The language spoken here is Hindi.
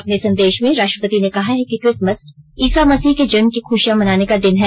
अपने संदेश में राष्ट्रपति ने कहा है कि क्रिसमस ईसा मसीह के जन्म की खुशियां मनाने का दिन है